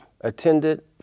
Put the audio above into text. attended